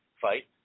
fight